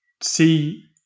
see